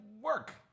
work